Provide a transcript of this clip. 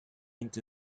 into